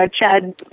Chad